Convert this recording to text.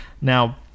Now